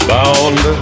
Bound